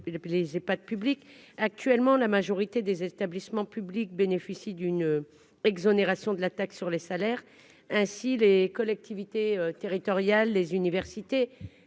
les pas de public actuellement la majorité des établissements publics bénéficient d'une exonération de la taxe sur les salaires, ainsi les collectivités territoriales, les universités,